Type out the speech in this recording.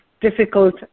difficult